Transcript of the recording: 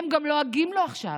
הם גם לועגים לו עכשיו.